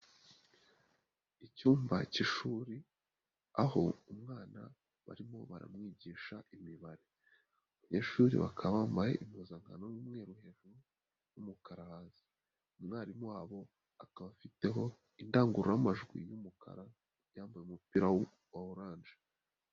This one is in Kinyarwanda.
Icyumba k'ishuri aho umwana barimo baramwigisha imibare. Abanyeshuri bakaba bambaye impuzankano y'umweru hejuru n'umukara hasi. Umwarimu wabo akaba afiteho indangururamajwi y'umukara yambaye umupira wa oranje.